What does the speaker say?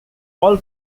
all